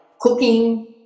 cooking